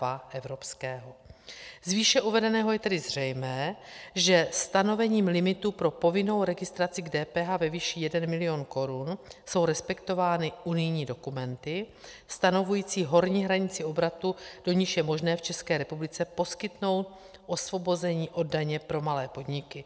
Z výše uvedeného je tedy zřejmé, že stanovením limitu pro povinnou registraci k DPH ve výši 1 milion korun jsou respektovány unijní dokumenty stanovující horní hranici obratu, do níž je možné v České republice poskytnout osvobození od daně pro malé podniky.